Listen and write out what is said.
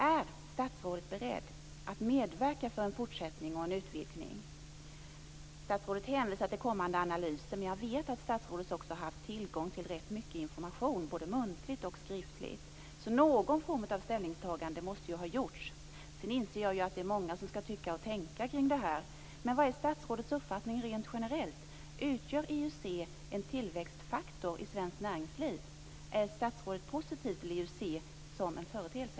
Är statsrådet beredd att medverka till en fortsättning och en utvidgning? Statsrådet hänvisar till kommande analyser. Men jag vet att statsrådet också har haft tillgång till rätt mycket information, både muntlig och skriftlig, så någon form av ställningstagande måste ha gjorts. Jag inser att det är många som skall tycka och tänka kring det här. Men vad är statsrådets uppfattning rent generellt? Utgör IUC en tillväxtfaktor i svenskt näringsliv? Är statsrådet positiv till IUC som företeelse?